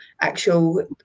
actual